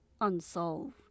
unsolved